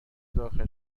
داخل